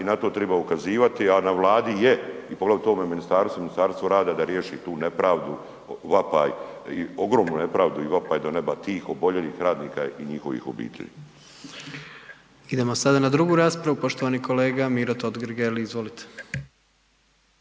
i na to triba ukazivati, a na Vladi je i poglavito ovome ministarstvu, Ministarstvu rada da riješi tu nepravdu, vapaj, ogromnu nepravdu i vapaj do neba tih oboljelih radnika i njihovih obitelji. **Jandroković, Gordan (HDZ)** Idemo sada na drugu raspravu. Poštovani kolega Miro Totgergeli, izvolite.